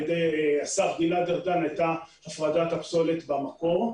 ידי השר גלעד ארדן הייתה הפרדת הפסולת במקור.